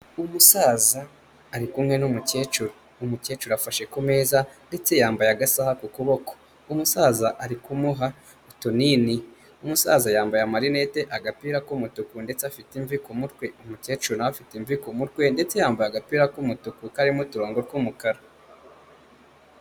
Umusaza ari kumwe n'umukecuru, umukecuru afashe ku meza ndetse yambaye agasaha ku kuboko, umusaza ari kumuha utunini umusaza yambaye amarinete, agapira k'umutuku ndetse afite imvi ku mutwe, umukecuru nawe afite imvi ku mutwe ndetse yambaye agapira k'umutuku karimo uturongo tw'umukara.